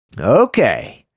Okay